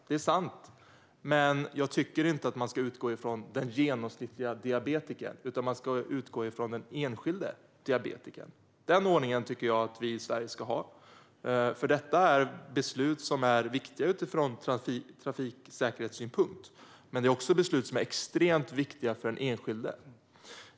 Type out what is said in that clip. Det är sant. Men jag tycker inte att man ska utgå från den genomsnittliga diabetikern utan man ska utgå från den enskilde diabetikern. Den ordningen tycker jag att vi i Sverige ska ha. Det är beslut som är viktiga utifrån trafiksäkerhetssynpunkt. Men det är också beslut som är extremt viktiga för den enskilde.